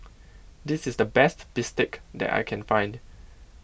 this is the best bistake that I can find